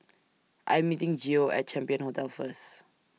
I Am meeting Geo At Champion Hotel First